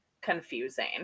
confusing